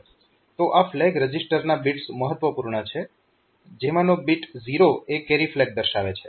તો આ ફ્લેગ રજીસ્ટરના બીટ્સ મહત્વપૂર્ણ છે જેમાનો બીટ 0 એ કેરી ફ્લેગ દર્શાવે છે